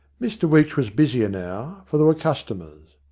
mr weech was busier now, for there were customers.